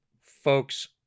folks